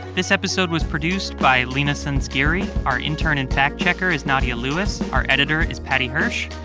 this episode was produced by leena sanzgiri. our intern and fact-checker is nadia lewis. our editor is paddy hirsch.